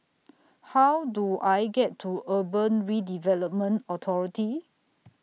How Do I get to Urban Redevelopment Authority